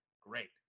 great